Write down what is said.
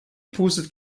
pustet